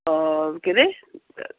के अरे